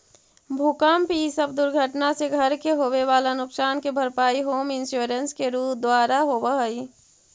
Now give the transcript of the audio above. भूकंप इ सब दुर्घटना से घर के होवे वाला नुकसान के भरपाई होम इंश्योरेंस के द्वारा होवऽ हई